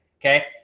okay